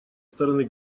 стороны